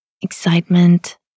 excitement